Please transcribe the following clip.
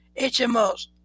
HMOs